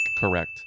Correct